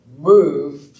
move